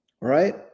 Right